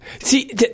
See